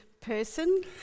person